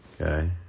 Okay